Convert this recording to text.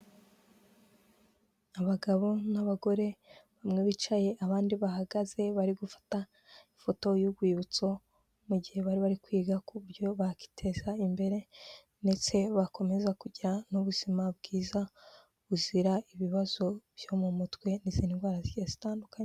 Abagabo n'abagore bamwe bicaye abandi bahagaze bari gufata ifoto y'urwibutso, mu gihe bari bari kwiga ku buryo bakiteza imbere ndetse bakomeza kugira n'ubuzima bwiza buzira ibibazo byo mu mutwe n'izindi ndwara zitandukanye.